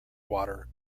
water